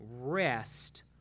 rest